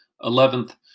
Eleventh